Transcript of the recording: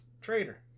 traitor